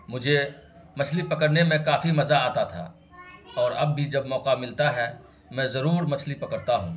مجھے مچھلی پکڑنے میں کافی مزہ آتا تھا اور اب بھی جب موقع ملتا ہے میں ضرور مچھلی پکڑتا ہوں